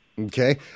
Okay